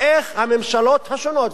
איך הממשלות השונות,